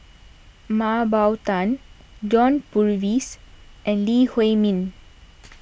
Mah Bow Tan John Purvis and Lee Huei Min